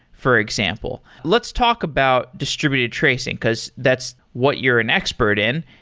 for example. let's talk about distributed tracing, because that's what you're an expert in.